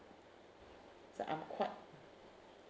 so I'm quite